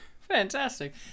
Fantastic